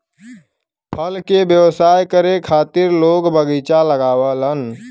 फल के व्यवसाय करे खातिर लोग बगीचा लगावलन